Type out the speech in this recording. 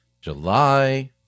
July